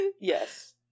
yes